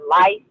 life